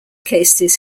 cases